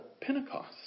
Pentecost